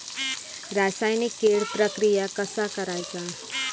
रासायनिक कीड प्रक्रिया कसा करायचा?